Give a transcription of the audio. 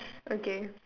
okay